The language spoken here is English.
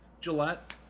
Gillette